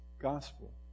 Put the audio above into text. Gospel